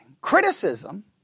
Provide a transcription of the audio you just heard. Criticism